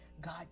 God